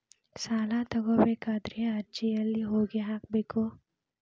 ಸಾಲ ತಗೋಬೇಕಾದ್ರೆ ಅರ್ಜಿ ಎಲ್ಲಿ ಹೋಗಿ ಹಾಕಬೇಕು?